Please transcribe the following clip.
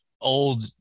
old